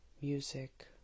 music